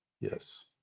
Yes